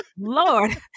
Lord